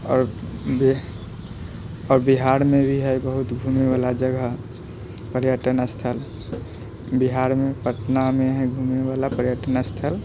आओर बि आओर बिहारमे भी है बहुत घुमैवला जगह पर्यटन स्थल बिहारमे पटनामे है घुमैवला पर्यटन स्थल